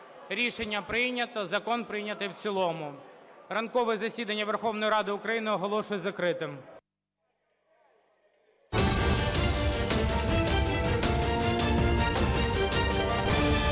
Рішення прийнято, закон прийнято в цілому. Ранкове засідання Верховної Ради України оголошую закритим.